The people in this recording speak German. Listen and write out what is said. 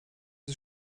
des